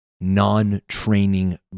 non-training